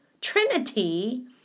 trinity